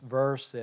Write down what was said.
verse